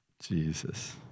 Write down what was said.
Jesus